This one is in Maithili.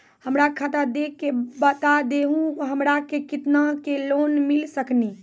हमरा खाता देख के बता देहु हमरा के केतना के लोन मिल सकनी?